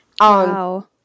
Wow